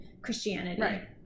Christianity